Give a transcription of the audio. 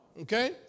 Okay